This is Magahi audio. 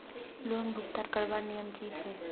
लोन भुगतान करवार नियम की छे?